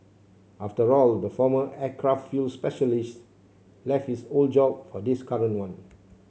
after all the former aircraft fuel specialist left his old job for this current one